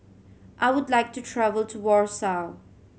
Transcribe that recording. I would like to travel to Warsaw